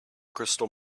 crystal